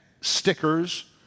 stickers